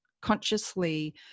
consciously